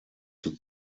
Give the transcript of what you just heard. zur